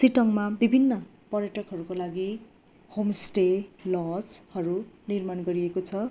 सिटोङमा विभिन्न पर्यटकहरूको लागि होम स्टे लजहरू निर्माण गरिएको छ